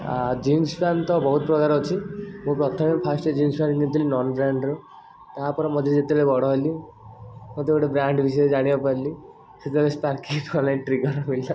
ଆ jeans pant ତ ବହୁତ ପ୍ରକାରର ଅଛି ମୁଁ ପ୍ରଥମେ ଫାଷ୍ଟ ଜିନ୍ସ୍ ପ୍ୟାଣ୍ଟ୍ କିଣିଥିଲି ନନ୍ ବ୍ରାଣ୍ଡ୍ର ତା'ପରେ ମଝିରେ ଯେତେବେଳେ ବଡ଼ ହେଲି ମୋତେ ଗୋଟେ ବ୍ରାଣ୍ଡ୍ ବିଷୟରେ ଜାଣିବାକୁ ପାଇଲି ସେତେବେଳେ ସ୍ପାର୍କି ମିଳିଲା